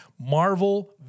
Marvel